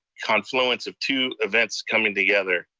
confluence of two events coming together.